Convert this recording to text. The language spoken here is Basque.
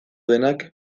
denak